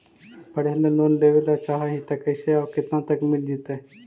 पढ़े ल लोन लेबे ल चाह ही त कैसे औ केतना तक मिल जितै?